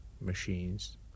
machines